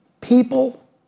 People